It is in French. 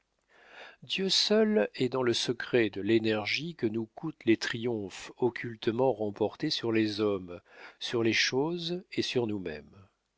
dieu seul est dans le secret de l'énergie que nous coûtent les triomphes occultement remportés sur les hommes sur les choses et sur nous-mêmes